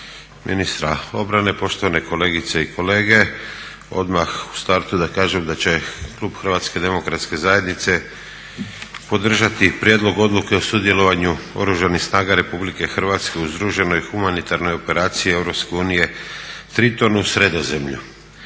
ministra obrane, poštovane kolegice i kolege. Odmah u startu da kažem da će klub Hrvatske demokratske zajednice podržati Prijedlog odluke o sudjelovanju Oružanih snaga Republike Hrvatske u združenoj humanitarnoj operaciji Europske unije